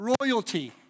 royalty